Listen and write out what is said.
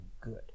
good